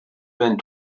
vingt